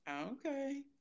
Okay